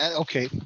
okay